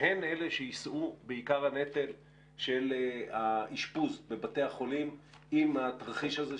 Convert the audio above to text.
שהן אלה שיישאו בעיקר הנטל של האשפוז בבתי החולים אם התרחיש הזה,